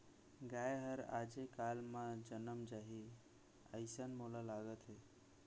गाय हर आजे काल म जनम जाही, अइसन मोला लागत हे